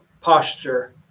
posture